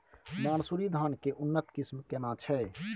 मानसुरी धान के उन्नत किस्म केना छै?